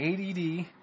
ADD